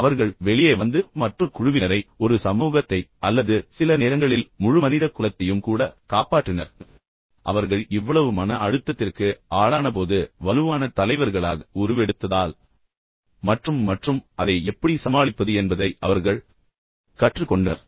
எனவே அவர்கள் வெளியே வந்து பின்னர் மற்றொரு குழுவினரை ஒரு சமூகத்தை அல்லது சில நேரங்களில் முழு மனித குலத்தையும் கூட காப்பாற்றினர் அவர்கள் இவ்வளவு மன அழுத்தத்திற்கு ஆளானபோது வலுவான தலைவர்களாக உருவெடுத்ததால் மற்றும் மற்றும் அதை எப்படி சமாளிப்பது என்பதை அவர்கள் கற்றுக் கொண்டனர்